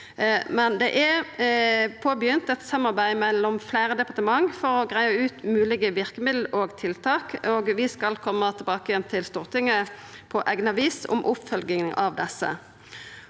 Det er påbegynt eit samarbeid mellom fleire departementet for å greia ut moglege verkemiddel og tiltak. Vi skal koma tilbake igjen til Stortinget på eigna vis om oppfølginga av desse.